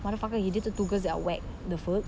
motherfucker he dated two girls that are whack the fuck